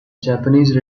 japanese